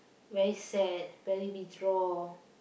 very sad very withdraw